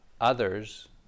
others